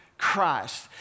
Christ